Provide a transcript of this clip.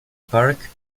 park